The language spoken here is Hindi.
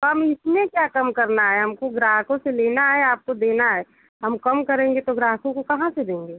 कम इसमें क्या कम करना है हमको ग्राहकों से लेना है आपको देना है हम कम करेंगे तो ग्राहकों को कहाँ से देंगे